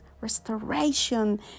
Restoration